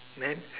then